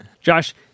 josh